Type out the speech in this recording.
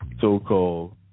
so-called